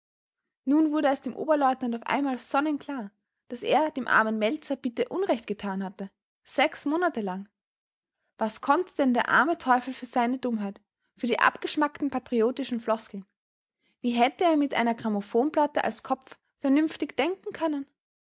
nun wurde es dem oberleutnant auf einmal sonnenklar daß er dem armen meltzar bitter unrecht getan hatte sechs monate lang was konnte denn der arme teufel für seine dummheit für die abgeschmackten patriotischen floskeln wie hätte er mit einer grammophonplatte als kopf vernünftig denken können